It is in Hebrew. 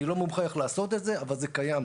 אני לא מומחה ויודע איך לעשות את זה אבל זה קיים.